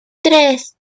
tres